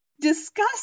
discuss